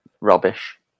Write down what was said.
Rubbish